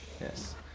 Yes